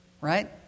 right